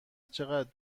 چقدر